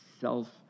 self